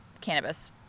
cannabis